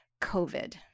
COVID